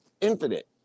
Infinite